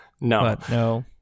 No